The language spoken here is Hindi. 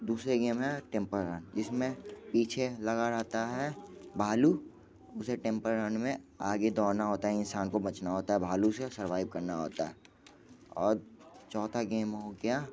दूसरे गेम हैं टेंपल रन इसमें पीछे लगा रहता है भालू उसे टेंपल रन में आगे दौड़ना होता है इंसान को बचना होता है भालू से सरवाइव करना होता है और चौथा गेम हो गया